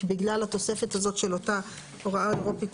בסוף כתוב "או צבע לבן,